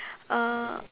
uh